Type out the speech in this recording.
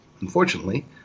unfortunately